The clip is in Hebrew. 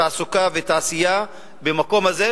תעסוקה ותעשייה במקום הזה.